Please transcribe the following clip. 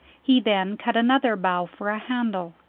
he then cut another bough for a handle,